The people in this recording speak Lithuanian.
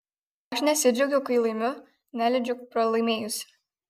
aš nesidžiaugiu kai laimiu neliūdžiu pralaimėjusi